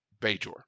Bajor